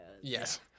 yes